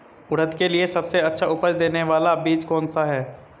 उड़द के लिए सबसे अच्छा उपज देने वाला बीज कौनसा है?